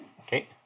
Okay